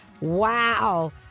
Wow